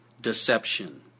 deception